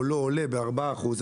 או לא עולה בארבעה אחוזים,